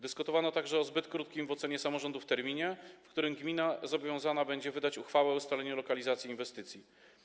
Dyskutowano także o zbyt krótkim w ocenie samorządów terminie, w którym gmina zobowiązana będzie wydać uchwałę o ustaleniu lokalizacji inwestycji.